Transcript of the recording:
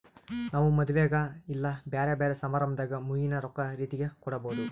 ನಾವು ಮದುವೆಗ ಇಲ್ಲ ಬ್ಯೆರೆ ಬ್ಯೆರೆ ಸಮಾರಂಭದಾಗ ಮುಯ್ಯಿನ ರೊಕ್ಕ ರೀತೆಗ ಕೊಡಬೊದು